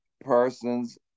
person's